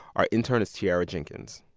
our intern is tiara jenkins.